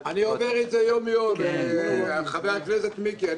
אני עובר את זה יום יום, חבר הכנסת מיקי.